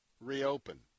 reopen